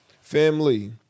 family